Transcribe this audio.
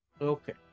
Okay